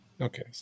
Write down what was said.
Okay